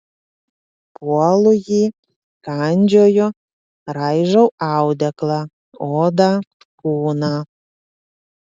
puolu jį kandžioju raižau audeklą odą kūną